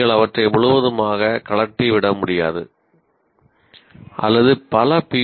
நீங்கள் அவற்றை முழுவதுமாக கழற்றிவிட முடியாது அல்லது பல பி